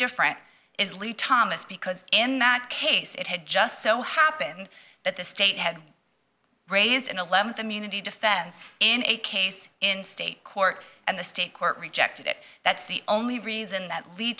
different is lee thomas because in that case it had just so happened that the state had raised an eleventh immunity defense in a case in state court and the state court rejected it that's the only reason that le